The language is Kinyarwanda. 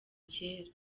cyera